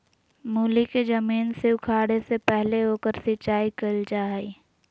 मूली के जमीन से उखाड़े से पहले ओकर सिंचाई कईल जा हइ